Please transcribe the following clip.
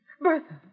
Bertha